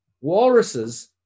walruses